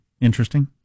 interesting